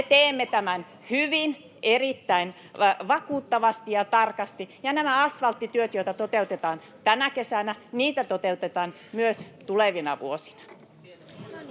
me teemme tämän hyvin, erittäin vakuuttavasti ja tarkasti. Ja asfalttitöitä, joita toteutetaan tänä kesänä, toteutetaan myös tulevina vuosina.